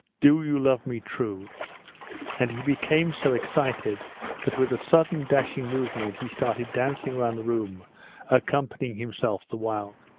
do you love me true and he became so excited that with a sudden dashing movement he started dancing around the room accompanying himself the while.